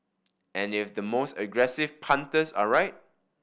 and if the most aggressive punters are right